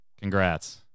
Congrats